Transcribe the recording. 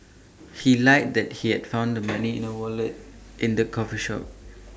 he lied that he had found the money in A wallet in the coffee shop